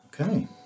Okay